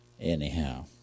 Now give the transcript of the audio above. Anyhow